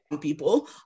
people